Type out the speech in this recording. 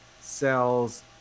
sells